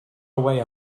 away